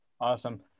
Awesome